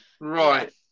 Right